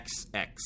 XX